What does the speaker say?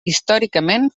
històricament